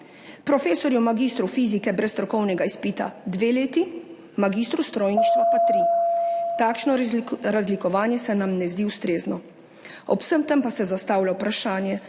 profesorju magistru fizike brez strokovnega izpita 2 leti, magistru strojništva pa 3. Takšno razlikovanje se nam ne zdi ustrezno. Ob vsem tem pa se zastavlja vprašanje